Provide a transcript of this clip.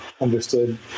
understood